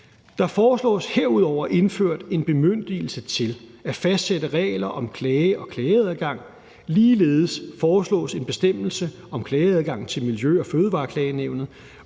Der foreslås herudover indført en bemyndigelse til at fastsætte regler om klage og klageadgang. Ligeledes foreslås en bestemmelse om klageadgang til Miljø- og Fødevareklagenævnet,